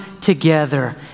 together